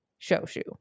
shoshu